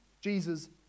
Jesus